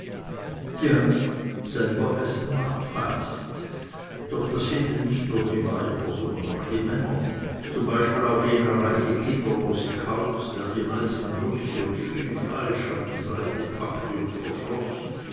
ja selber essen macht feist doch das finden nicht nur die weiber sondern auch die männer zum beispiel auch jener reiche kinderlose kauz der die meisten würste und viel fleisch auf die seite packte und verschloß